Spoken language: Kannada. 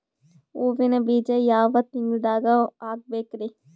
ಹೂವಿನ ಬೀಜ ಯಾವ ತಿಂಗಳ್ದಾಗ್ ಹಾಕ್ಬೇಕರಿ?